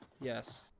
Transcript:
Yes